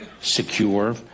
secure